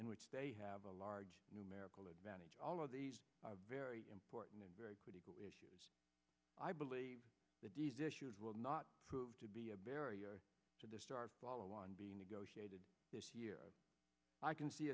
in which they have a large numerical advantage all of these are very important and very critical i believe that these issues will not prove to be a barrier to the star follow on being negotiated this year i can see